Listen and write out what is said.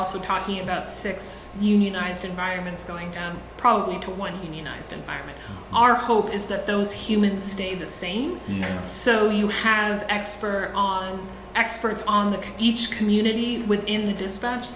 also talking about six unionized environments going down probably to one unionized environment our hope is that those humans stay the same so you have expert on experts on each community within the dispatch